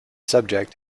subject